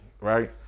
Right